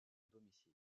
domicile